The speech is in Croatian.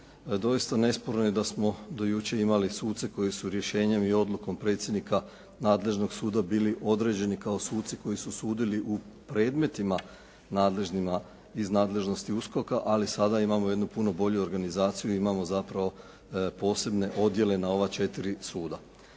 Doista nesporno je da smo do jučer imali suce koji su rješenjem i odlukom predsjednika nadležnog suda bili određeni kao suci koji su sudili u predmetima nadležnima iz nadležnosti USKOK-a ali sada imamo jednu puno bolju organizaciju i imamo zapravo posebne odjele na ova 4 suda.